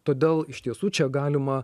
todėl iš tiesų čia galima